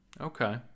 Okay